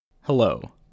Hello